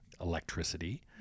electricity